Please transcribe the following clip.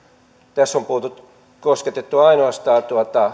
tässä on kosketettu ainoastaan